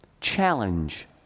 Challenge